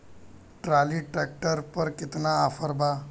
Trolley tractor पर केतना offer बा?